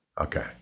Okay